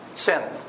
Sin